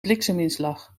blikseminslag